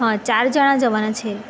હા ચાર જાણા જવાના છે